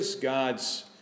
God's